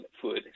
food